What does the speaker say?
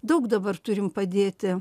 daug dabar turim padėti